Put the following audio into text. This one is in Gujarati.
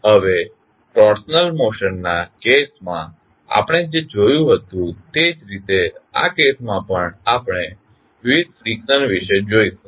હવે ટ્રાન્સલેશનલ મોશન ના કેસમાં આપણે જે જોયું હતું તે જ રીતે આ કેસમાં પણ આપણે વિવિધ ફ્રીક્શન વિશે જોઇશું